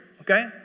okay